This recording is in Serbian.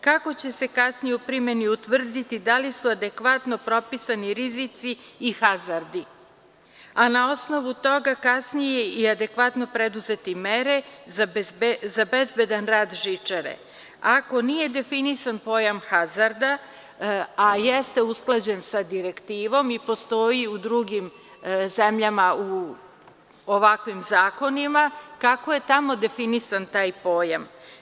Kako će se kasnije u primeni utvrditi da li su adekvatno propisani rizici i hazardi, a na osnovu toga kasnije i adekvatno preduzeti mere za bezbedan rad žičare, ako nije definisan pojam „hazarda“ a jeste usklađen sa direktivom i postoji u drugim zemljama u ovakvim zakonima, kako je tamo definisan taj pojam.